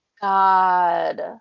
God